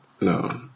No